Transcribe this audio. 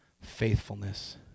Faithfulness